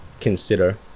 consider